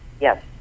yes